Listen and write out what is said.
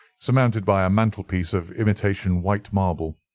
surmounted by a mantelpiece of imitation white marble.